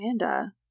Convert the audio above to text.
Amanda